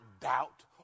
doubt